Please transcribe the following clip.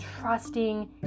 trusting